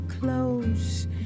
close